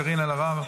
קארין אלהרר,